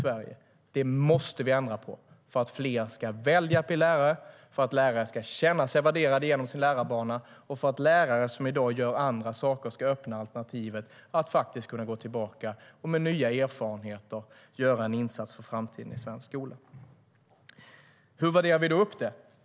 Det måste vi ändra på för att fler ska välja att bli lärare, för att lärare ska känna sig värderade genom sin lärarbana och för att lärare som i dag gör andra saker ska öppna alternativet att gå tillbaka och med nya erfarenheter göra en insats för framtiden i svensk skola. Hur värderar vi då upp det?